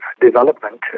development